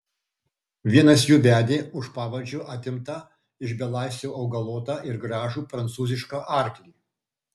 vienas jų vedė už pavadžio atimtą iš belaisvio augalotą ir gražų prancūzišką arklį